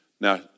Now